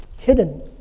hidden